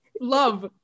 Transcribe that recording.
Love